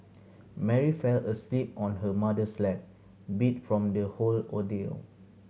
Mary fell asleep on her mother's lap beat from the whole ordeal